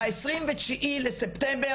ב-29 לספטמבר